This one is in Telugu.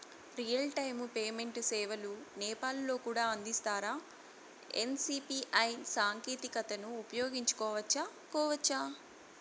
రియల్ టైము పేమెంట్ సేవలు నేపాల్ లో కూడా అందిస్తారా? ఎన్.సి.పి.ఐ సాంకేతికతను ఉపయోగించుకోవచ్చా కోవచ్చా?